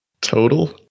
Total